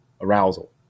arousal